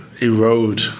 erode